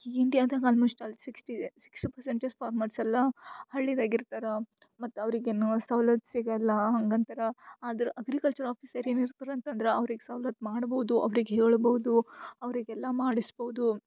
ಇಂಡಿಯಾದಾಗ almost all sixty ಇದೆ sixty percentage ಫಾರ್ಮರ್ಸೆಲ್ಲ ಹಳ್ಳಿದಾಗೆ ಇರ್ತಾರೆ ಮತ್ತು ಅವ್ರಿಗೆ ಏನು ಸವ್ಲತ್ತು ಸಿಗೋಲ್ಲ ಹಂಗಂತಾರೆ ಆದ್ರ್ಅಗ್ರಿಕಲ್ಚರ್ ಆಫೀಸರ್ ಏನು ಇರ್ತರೆ ಅಂತಂದ್ರೆ ಅವ್ರಿಗೆ ಸವ್ಲತ್ತು ಮಾಡ್ಬೋದು ಅವ್ರಿಗೆ ಹೇಳ್ಬೋದು ಅವರಿಗೆಲ್ಲ ಮಾಡಿಸ್ಬೋದು